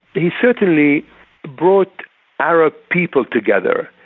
he certainly brought arab people together.